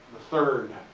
third.